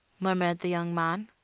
murmured the young man.